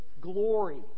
glory